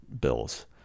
bills